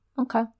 Okay